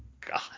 God